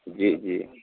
जी जी